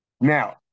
Now